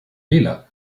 lila